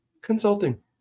consulting